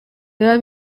biba